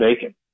Bacon